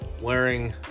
wearing